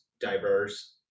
diverse